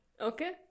Okay